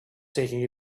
taking